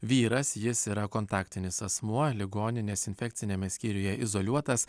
vyras jis yra kontaktinis asmuo ligoninės infekciniame skyriuje izoliuotas